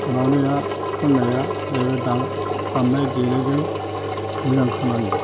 माबानाया खननाया जाहैबाय दामनाय देनायजों मोजां खोनायो